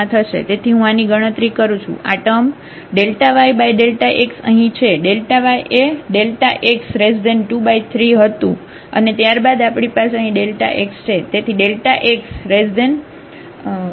તેથી હું આની ગણતરી કરું છું આ ટર્મ yΔx અહીં છે yએ x23 હતું અને ત્યારબાદ આપણી પાસે અહીં x છે